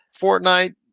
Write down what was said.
fortnite